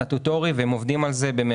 הזה בכל הכוח ויוצאים ממש לדרך מחר בבוקר,